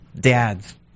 Dads